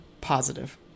positive